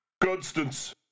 Constance